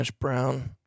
brown